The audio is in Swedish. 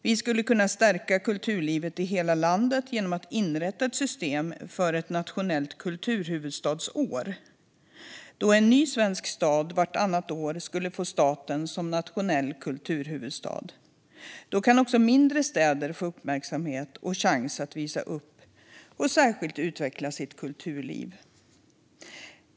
Vi skulle kunna stärka kulturlivet i hela landet genom att inrätta ett system för ett nationellt kulturhuvudstadsår, där en ny svensk stad vartannat år skulle få status som nationell kulturhuvudstad. Då kan också mindre städer få uppmärksamhet och chans att visa upp och särskilt utveckla sitt kulturliv.